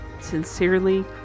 Sincerely